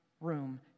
room